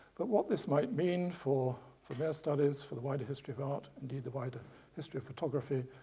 but what this might mean for for vermeer studies for the wider history of art and the the wider history of photography,